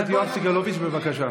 חבר הכנסת יואב סגלוביץ', בבקשה.